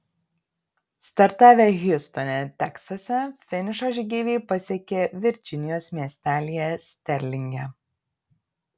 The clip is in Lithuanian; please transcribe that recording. startavę hjustone teksase finišą žygeiviai pasiekė virdžinijos miestelyje sterlinge